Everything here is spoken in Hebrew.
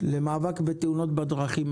למאבק בתאונות בדרכים.